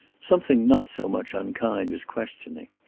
something not so much unkind as questioning.